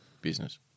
business